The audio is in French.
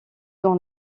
dans